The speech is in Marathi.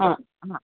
हां हां